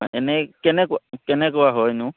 এনেই কেনেকুৱা কেনেকুৱা হয়নো